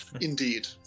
Indeed